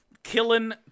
Killing